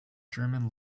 german